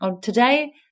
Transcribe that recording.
today